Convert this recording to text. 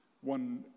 One